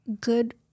good